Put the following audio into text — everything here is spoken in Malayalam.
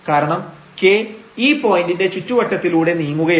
കാരണം k ഈ പോയന്റിന്റെ ചുറ്റുവട്ടത്തിലൂടെ നീങ്ങുകയാണ്